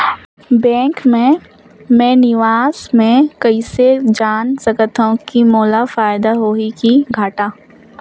Bank मे मैं निवेश मे कइसे जान सकथव कि मोला फायदा होही कि घाटा?